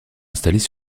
installées